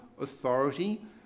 authority